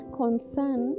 concern